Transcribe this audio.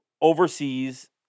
oversees